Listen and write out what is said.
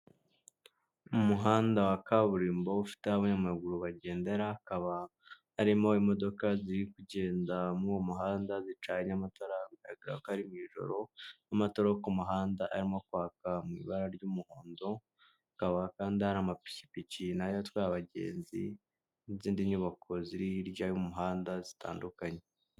Umuhanda wa kaburimbo ufite aho abanyamaguru bagendera, hakaba harimo imodoka ziri kugenda mu uwo muhanda zicanye amatara bigaragara ko ari mu ijoro, n'amatara ku muhanda arimo kwaka mu ibara ry'umuhondo, hakaba kandi hari amapikipiki nayo atwaye abagenzi, n'izindi nyubako ziri hirya y'umuhanda zitandukanye.